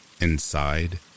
Inside